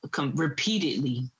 repeatedly